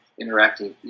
interacting